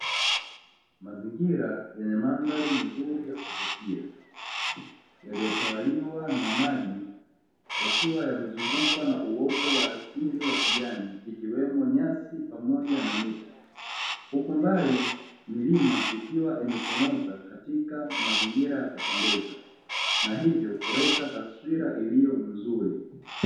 Mazingira yenye mandhari nzuri ya kuvutia, yaliyotawaliwa na maji yakiwa yamezungukwa na uoto wa asili wa kijani, ikiwemo nyasi pamoja na miti, huku mbali milima ikiwa imechomoza katika mazingira ya kupendeza, na hivyo kuleta taswira iliyo nzuri.